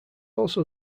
also